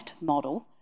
model